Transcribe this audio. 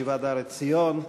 ישיבת "הר עציון".